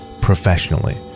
professionally